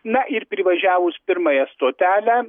na ir privažiavus pirmąją stotelę